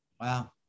Wow